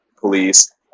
police